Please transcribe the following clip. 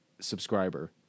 subscriber